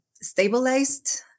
stabilized